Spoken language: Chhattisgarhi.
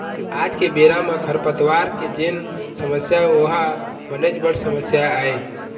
आज के बेरा म खरपतवार के जेन समस्या ओहा बनेच बड़ समस्या आय